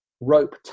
rope